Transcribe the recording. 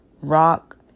rock